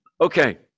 Okay